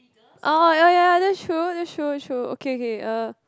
oh ya ya that's true that's true true okay okay uh